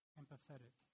empathetic